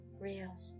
real